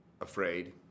afraid